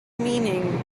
meaning